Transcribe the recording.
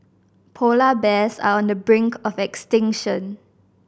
polar bears are on the brink of extinction